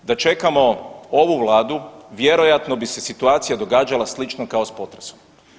Da čekamo ovu Vladu, vjerojatno bi se situacija događala slično kao s potresom.